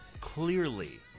clearly